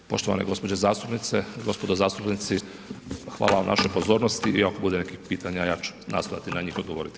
Poštovane gđe. zastupnice, gospodo zastupnici hvala vam na našoj pozornosti i ako bude nekih pitanja ja ću nastojati na njih odgovoriti.